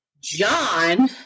John